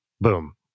boom